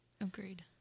Agreed